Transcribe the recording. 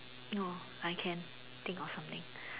no I can think of something